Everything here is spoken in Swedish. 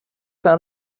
den